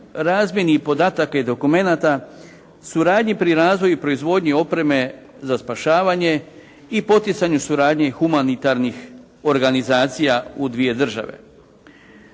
razmjeni podataka i dokumenata, suradnji pri razvoju i proizvodnji opreme za spašavanje i poticanju suradnje humanitarnih organizacija u dvije države.